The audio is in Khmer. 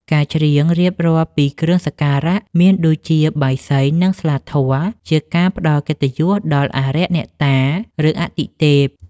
ការច្រៀងរៀបរាប់ពីគ្រឿងសក្ការៈ មានដូចជាបាយសី និងស្លាធម៌ ជាការផ្តល់កិត្តិយសដល់ អារក្ស អ្នកតា ឬអាទិទេព។